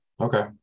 Okay